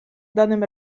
danym